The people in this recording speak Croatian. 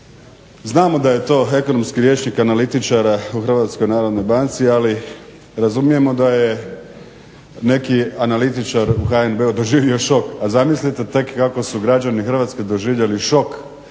znamo da je to ekonomski rječnik analitičara u HNB-u ali razumijemo da je neki analitičar u HNB-u doživio šok, a zamislite tek kako su građani Hrvatske doživjeli šok